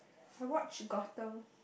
I watch Gotham